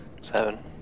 Seven